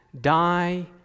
die